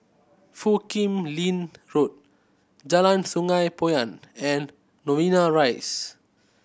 Foo Kim Lin Road Jalan Sungei Poyan and Novena Rise